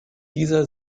dieser